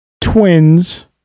Twins